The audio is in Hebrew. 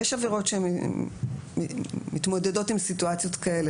יש עבירות שמתמודדות עם סיטואציות כאלה.